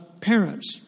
parents